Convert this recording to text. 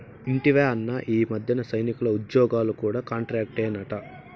ఇంటివా అన్నా, ఈ మధ్యన సైనికుల ఉజ్జోగాలు కూడా కాంట్రాక్టేనట